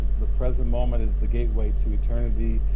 the present moment is the gateway to eternity.